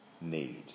need